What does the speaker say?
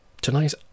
Tonight